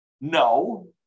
no